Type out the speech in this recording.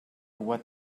what